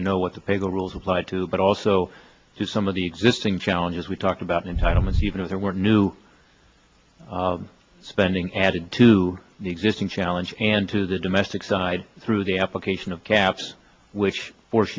you know what the people rules apply to but also some of the existing challenges we talked about entitlements even if there were new spending added to the existing challenge and to the domestic side through the application of caps which force